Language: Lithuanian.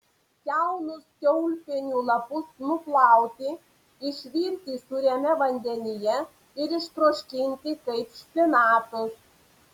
jaunus kiaulpienių lapus nuplauti išvirti sūriame vandenyje ir ištroškinti kaip špinatus